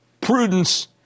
Prudence